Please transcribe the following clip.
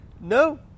no